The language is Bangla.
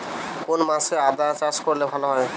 কোন মাসে আদা চাষ করলে ভালো ফলন হয়?